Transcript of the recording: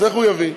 אז איך הוא יביא?